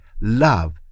love